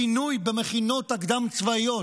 בינוי במכינות הקדם-צבאיות,